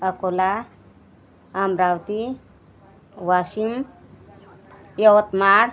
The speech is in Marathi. अकोला अमरावती वाशिम यवतमाळ